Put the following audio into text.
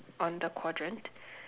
on the quadrant